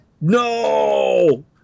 No